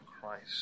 Christ